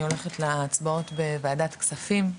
אני הולכת להצבעות בוועדות כספים,